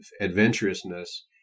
adventurousness